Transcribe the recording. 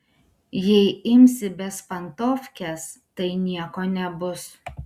jei imsi bezpantovkes tai nieko nebus